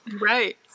right